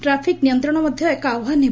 traffic ନିୟନ୍ତଣ ମଧ୍ୟ ଏକ ଆହ୍ୱାନ ହେବ